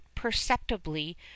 perceptibly